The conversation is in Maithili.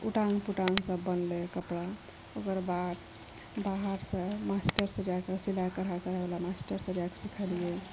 उटाङ्ग पुटाङ्ग सभ बनलै कपड़ा ओकर बाद बाहरसँ मास्टरसँ जाकऽ सिलाइ कढ़ाइवला मास्टरसँ जाकऽ सिखलियै